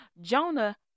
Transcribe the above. Jonah